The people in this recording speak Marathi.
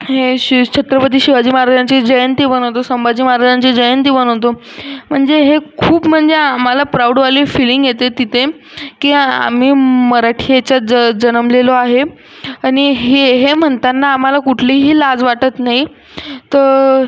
हे शिवछत्रपती शिवाजी महाराजांची जयंती बनवतो संभाजी महाराजांची जयंती मनवतो म्हणजे हे खूप म्हणजे आम्हाला प्राउडवाली फीलिंग येते तिथे की आम्ही मराठी याच्यात जं जन्मलेलो आहे आणि हे हे म्हणताना आम्हाला कुठलीही लाज वाटत नाही तं